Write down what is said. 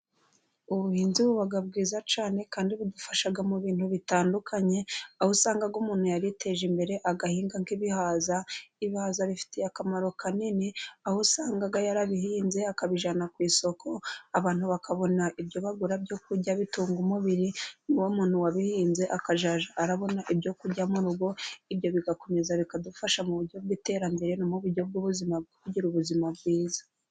Ubuhinzi buba bwiza cyane kandi budufasha mu bintu bitandukanye, aho usanga umuntu yari yiteje imbere, agahinga nk'ibihaza ibihaza bifitiye akamaro kanini aho usanga yarabihinze akabijyana ku isoko abantu bakabona ibyo bagura byo kurya bitunga umubiri, n'umuntu wabihinze akabona ibyo kurya mu rugo, ibyo bigakomeza bikadufasha mu buryo bw'iterambere mu buryo bw'ubuzima bwo kugira ubuzima bwiza.